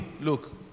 Look